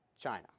China